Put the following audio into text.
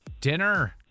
dinner